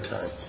Time